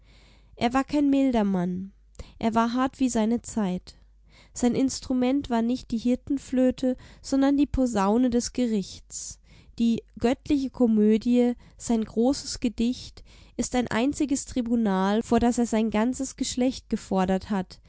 er war kein milder mann er war hart wie seine zeit sein instrument war nicht die hirtenflöte sondern die posaune des gerichts die göttliche komödie sein großes gedicht ist ein einziges tribunal vor das er sein ganzes geschlecht gefordert hat